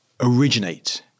originate